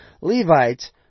Levites